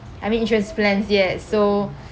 I mean insurance plans yet so